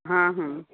हा हूं